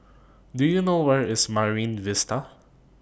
Do YOU know Where IS Marine Vista